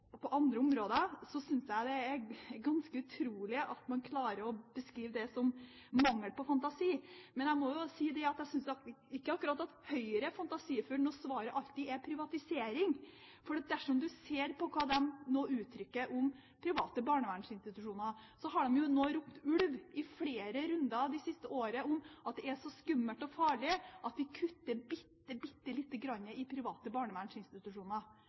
og på andre områder, synes jeg det er ganske utrolig at man klarer å beskrive det som mangel på fantasi. Men jeg må jo si at jeg synes ikke akkurat at Høyre er fantasifull når svaret alltid er privatisering, for dersom man ser på hva de nå uttrykker om private barnevernsinstitusjoner, har de jo nå ropt ulv i flere runder det siste året om at det er så skummelt og farlig at vi kutter bitte, bitte lite grann i private barnevernsinstitusjoner.